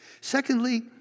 secondly